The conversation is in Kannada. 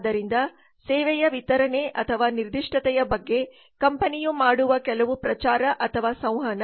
ಆದ್ದರಿಂದ ಸೇವೆಯ ವಿತರಣೆ ಅಥವಾ ನಿರ್ದಿಷ್ಟತೆಯ ಬಗ್ಗೆ ಕಂಪನಿಯು ಮಾಡುವ ಕೆಲವು ಪ್ರಚಾರ ಅಥವಾ ಸಂವಹನ